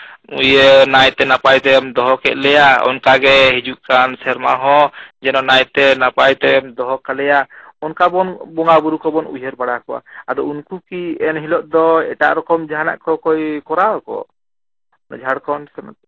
ᱱᱟᱭᱛᱮ ᱱᱟᱯᱟᱭᱛᱮᱢ ᱫᱚᱦᱚ ᱠᱮᱫ ᱞᱮᱭᱟ ᱚᱱᱠᱟ ᱜᱮ ᱦᱤᱡᱩᱜ ᱠᱟᱱ ᱥᱮᱨᱢᱟ ᱦᱚᱸ ᱡᱮᱱᱚ ᱱᱟᱭᱛᱮ ᱱᱟᱯᱟᱭ ᱛᱮᱢ ᱫᱚᱦᱚ ᱠᱟᱞᱮᱭᱟ ᱚᱱᱟᱠ ᱵᱚᱱ ᱵᱚᱸᱜᱟ ᱵᱩᱨᱩ ᱠᱚᱵᱚᱱ ᱩᱭᱦᱟᱹᱨ ᱵᱟᱲᱟ ᱠᱚᱣᱟ ᱟᱫᱚ ᱩᱱᱠᱩ ᱠᱤ ᱮᱱ ᱦᱤᱞᱳᱜ ᱫᱚ ᱮᱴᱟᱜ ᱨᱚᱠᱚᱢ ᱡᱟᱦᱟᱸᱱᱟᱜ ᱠᱚ ᱠᱚ ᱠᱚᱨᱟᱣᱟᱠᱚ ᱢᱟᱱᱮ ᱡᱷᱟᱲᱠᱷᱚᱱ ᱥᱮᱫ